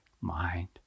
mind